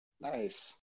nice